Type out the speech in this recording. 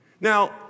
Now